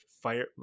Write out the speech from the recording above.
fire